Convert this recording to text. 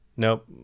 Nope